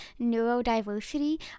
neurodiversity